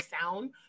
sound